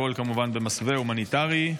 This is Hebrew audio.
הכול כמובן במסווה המוניטרי.